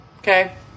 Okay